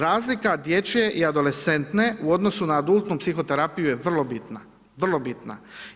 Razlika dječje i adolescentne u odnosu na adultnu psihoterapiju je vrlo bitna, vrlo bitna.